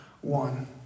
one